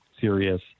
serious